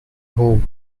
home